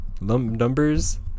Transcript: Numbers